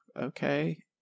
okay